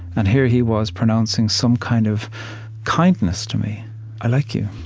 and here he was, pronouncing some kind of kindness to me i like you.